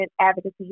Advocacy